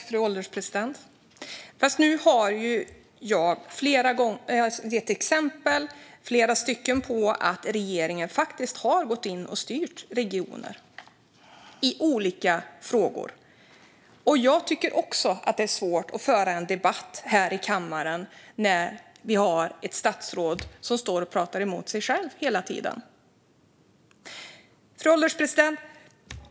Fru ålderspresident! Fast nu har ju jag gett flera exempel på att regeringen faktiskt har gått in och styrt regioner i olika frågor. Jag tycker också att det är svårt att föra en debatt här i kammaren när ett statsråd står och pratar emot sig själv hela tiden. Fru ålderspresident!